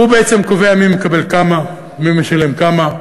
הוא בעצם קובע מי מקבל כמה, מי משלם כמה,